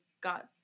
got